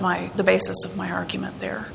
why the basis of my argument there